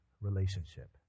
relationship